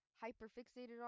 hyper-fixated